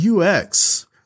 UX